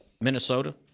Minnesota